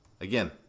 again